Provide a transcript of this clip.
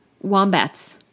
Wombats